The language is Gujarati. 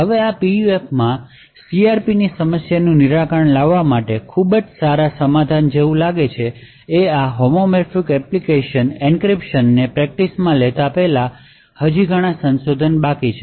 હવે આ PUFમાં CRPની સમસ્યાનું નિરાકરણ લાવવા માટે ખૂબ જ સારા સમાધાન જેવું લાગે છે આ હોમોમોર્ફિક એન્ક્રિપ્શન ને પ્રેક્ટિસમાં લેતા પહેલા હજી ઘણા સંશોધન બાકી છે